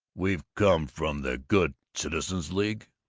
we've come from the good citizens' league.